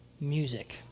music